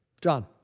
John